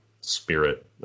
spirit